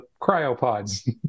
cryopods